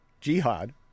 Jihad